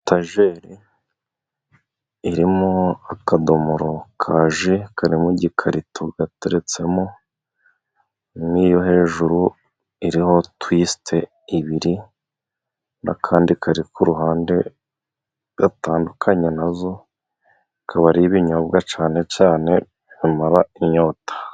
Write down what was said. Etajeri, irimo akadomoro ka ji kari mu igikarito, gateretsemo, n'iyo hejuru iriho twisite ibiri, n'akandi kari ku ruhande gatandukanye nazo, bikaba ari ibinyobwa cyane cyane bimara inyota.